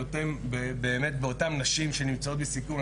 שמטפלים באמת באותן נשים שנמצאות בסיכון,